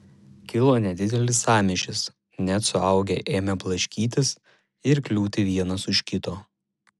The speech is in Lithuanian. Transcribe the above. kilo nedidelis sąmyšis net suaugę ėmė blaškytis ir kliūti vienas už kito